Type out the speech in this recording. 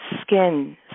skin